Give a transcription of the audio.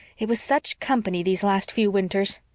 it was such company these last few winters.